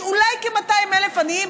יש אולי כ-200,000 עניים,